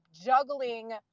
juggling